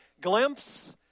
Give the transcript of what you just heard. Glimpse